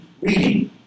reading